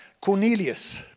Cornelius